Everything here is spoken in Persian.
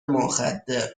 مخدر